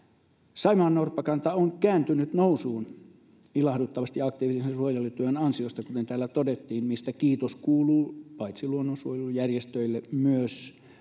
saimaannorppakanta on kääntynyt nousuun ilahduttavasti aktiivisen suojelutyön ansiosta kuten täällä todettiin ja siitä kiitos kuuluu paitsi luonnonsuojelujärjestöille myös